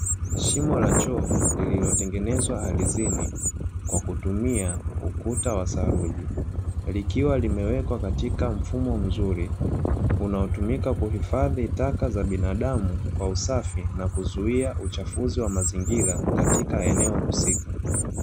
Shimo la choo lililotengenezwa ardhini kwa kutumia ukuta wa saruji, likiwa limewekwa katika mfumo mzuri unaotumika kuhifadhi taka za binadamu kwa usafi, na kuzuia uchafuzi wa mazingira katika eneo husika.